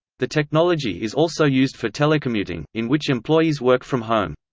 the technology is also used for telecommuting, in which employees work from home.